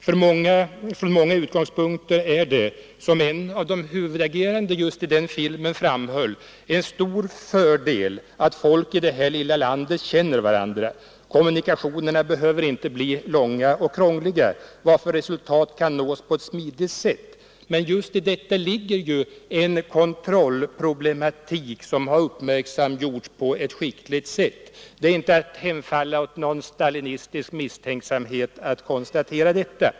Från många utgångspunkter är det, som en av de huvudagerande i filmen framhöll, en stor fördel att folk i detta lilla land känner varandra; kommunikationerna behöver inte bli långa och krångliga, varför resultat kan nås på ett smidigt sätt. Men just i detta ligger en kontrollproblematik som har uppmärksamgjorts på ett skickligt sätt. Det är inte att hemfalla åt stalinistisk misstänksamhet att konstatera detta.